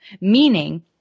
meaning